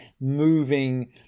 moving